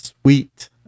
Sweet